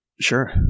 Sure